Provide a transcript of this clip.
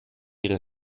ihre